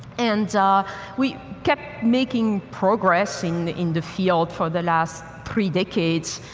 and we kept making progress in the in the field for the last three decades,